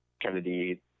Kennedy